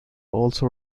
also